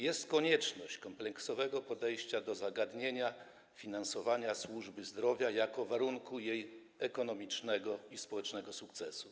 Jest konieczność kompleksowego podejścia do zagadnienia finansowania służby zdrowia jako warunku jej ekonomicznego i społecznego sukcesu.